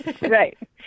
Right